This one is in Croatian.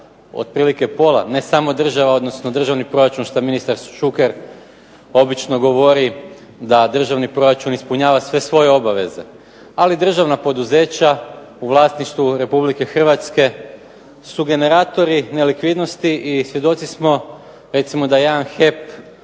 otprilike pola, ne samo država odnosno državni proračun što ministar Šuker obično govori da državni proračun ispunjava sve svoje obaveze. Ali državna poduzeća u vlasništvu Republike Hrvatske su generatori nelikvidnosti i svjedoci smo recimo da jedan HEP